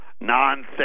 nonsense